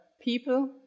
people